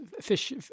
fish